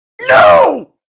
No